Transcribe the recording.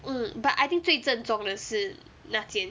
mm but I think 最正宗的是那间